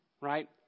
right